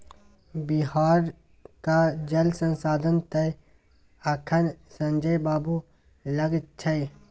बिहारक जल संसाधन तए अखन संजय बाबू लग छै